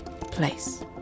place